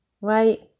Right